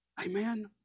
Amen